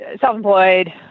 self-employed